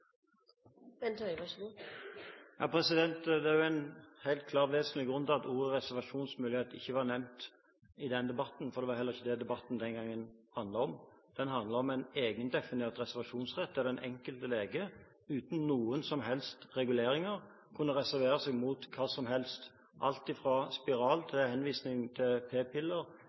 Det er en helt klar og vesentlig grunn til at ordet «reservasjonsmulighet» ikke var nevnt i den debatten, og det var at det var ikke det debatten den gang handlet om. Den handlet om en egendefinert reservasjonsrett, der den enkelte lege, uten noen som helst reguleringer, kunne reservere seg mot hva som helst – alt fra spiral og utskriving av p-piller til henvisning til